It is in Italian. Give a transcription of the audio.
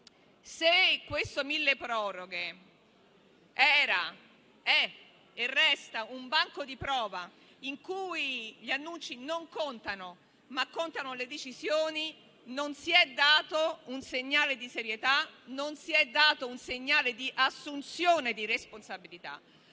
se questo milleproroghe era, è e resta un banco di prova in cui gli annunci non contano, ma contano le decisioni, non si è dato un segnale di serietà; non si è dato un segnale di assunzione di responsabilità.